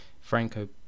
Franco